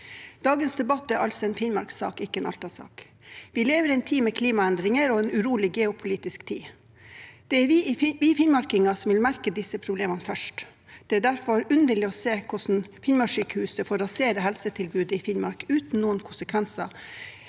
Dagens debatt er altså en Finnmarks-sak, ikke en Alta-sak. Vi lever i en tid med klimaendringer og i en urolig geopolitisk tid. Det er vi finnmarkinger som vil merke disse problemene først. Det er derfor underlig å se hvordan Finnmarkssykehuset får rasere helsetilbudet i Finnmark uten noen konsekvenser